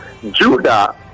Judah